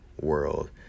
world